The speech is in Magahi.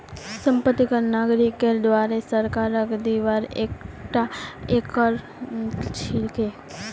संपत्ति कर नागरिकेर द्वारे सरकारक दिबार एकता कर छिके